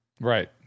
Right